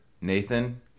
Nathan